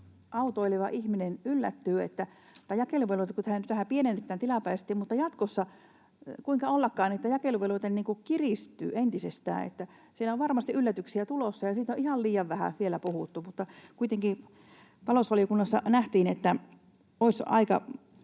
autoileva ihminen yllättyy. Nyt tätä jakeluvelvoitettahan vähän pienennetään tilapäisesti, mutta jatkossa — kuinka ollakaan — jakeluvelvoite kiristyy entisestään. Siellä on varmasti yllätyksiä tulossa, ja siitä on ihan liian vähän vielä puhuttu. Mutta kuitenkin talousvaliokunnassa nähtiin, että olisi aika